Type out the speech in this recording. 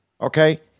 Okay